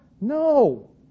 No